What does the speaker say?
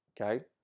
okay